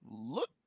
Look